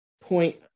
point